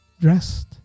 dressed